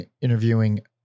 interviewing